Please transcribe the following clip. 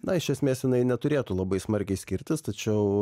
na iš esmės jinai neturėtų labai smarkiai skirtis tačiau